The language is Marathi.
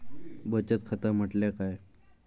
बचत खाता म्हटल्या काय?